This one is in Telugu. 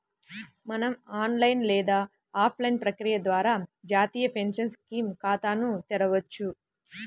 మనం ఆన్లైన్ లేదా ఆఫ్లైన్ ప్రక్రియ ద్వారా జాతీయ పెన్షన్ స్కీమ్ ఖాతాను తెరవొచ్చు